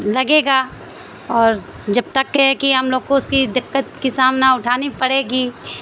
لگے گا اور جب تک کے کہ ہم لوگ کو اس کی دقت کی سامنا اٹھانی پڑے گی